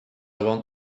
want